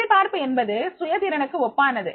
எதிர்பார்ப்பு என்பது சுய திறனுக்கு ஒப்பானது